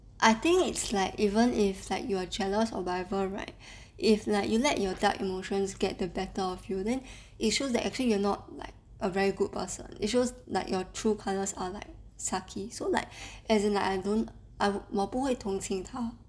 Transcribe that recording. I think it's like even if like you're jealous or whatever right if like you let your dark emotions get the better of you then it shows that actually you're not like a very good person it shows like your true colors are like sucky so like as in like I don't 我不会同情他